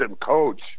coach